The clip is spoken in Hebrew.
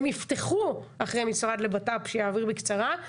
הם יפתחו אחרי משרד לבט"פ שיעביר בקצרה,